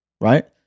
right